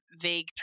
vague